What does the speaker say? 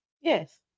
Yes